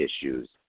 issues